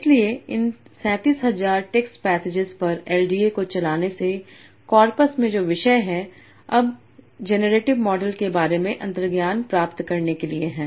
इसलिए इन 37000 text passages पर एलडीए को चलाने से कॉर्पस में जो विषय हैं अब जेनरेटिव मॉडल के बारे में अंतर्ज्ञान प्राप्त करने के लिए हैं